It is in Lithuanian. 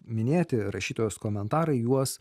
minėti rašytojos komentarai juos